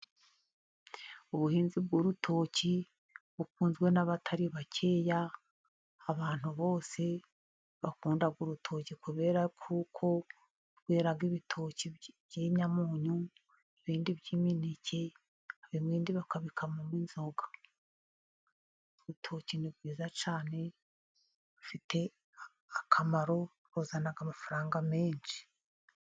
Ubuhinzi bw'urutoki bukunzwe n'abatari bakeya. Abantu bose bakunda urutoki kubera ko rwera ibitoki by'inyamunyu, ibindi by'imineke, ibindi bakabikamamo inzoga. Urutoki ni rwiza cyane rufite akamaro ruzana amafaranga menshi.